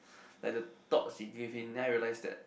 like the thoughts he give in then I realize that